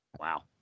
wow